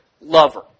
lover